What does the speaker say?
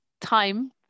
time